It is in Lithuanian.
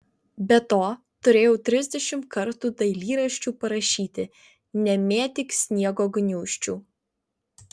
be to turėjau trisdešimt kartų dailyraščiu parašyti nemėtyk sniego gniūžčių